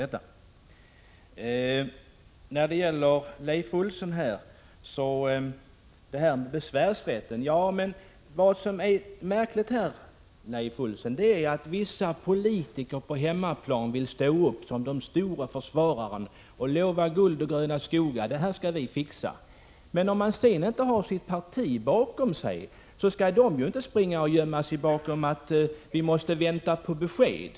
Till Leif Olsson vill jag säga beträffande besvärsrätten att vad som är märkligt är att vissa politiker på hemmaplan vill stå upp som de stora försvararna och lova guld och gröna skogar — det här skall vi fixa! Om dessa politiker inte har sitt parti bakom sig skall de sedan inte springa och gömma sig bakom sådant tal som att vi måste vänta på besked.